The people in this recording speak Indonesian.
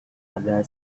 ada